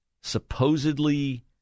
supposedly